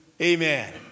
Amen